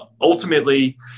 ultimately